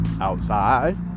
outside